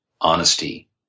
honesty